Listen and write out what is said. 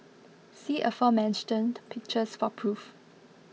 see aforementioned pictures for proof